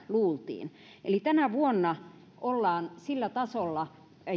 luultiin eli tänä vuonna ollaan sillä tasolla